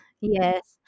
yes